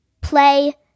play